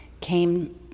came